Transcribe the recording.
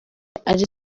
ari